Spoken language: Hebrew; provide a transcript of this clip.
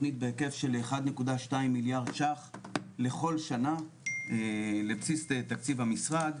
תכנית בהיקף של 1.2 מיליארד ₪ לכל שנה לבסיס תקציב המשרד,